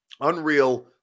unreal